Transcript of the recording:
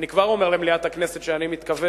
אני כבר אומר למליאת הכנסת שאני מתכוון,